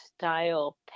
style